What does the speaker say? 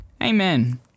Amen